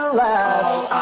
last